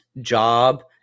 job